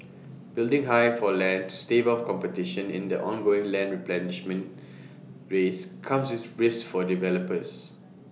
bidding high for land to stave off competition in the ongoing land replenishment race comes with risks for developers